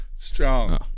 strong